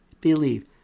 believe